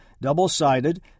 double-sided